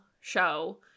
show